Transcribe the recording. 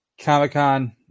Comic-Con